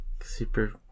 super